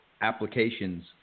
applications